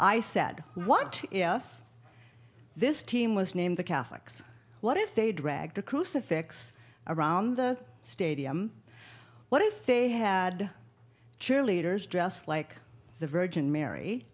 i said what if this team was named the catholics what if they dragged a crucifix around the stadium what if they had cheerleaders dressed like the virgin mary